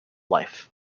life